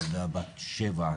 ילדה בת 7,